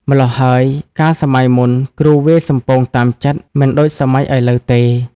ម៉្លោះហើយ កាលសម័យមុនគ្រូវាយសំពងតាមចិត្ត មិនដូចសម័យឥឡូវទេ។